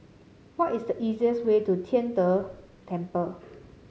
what is the easiest way to Tian De Temple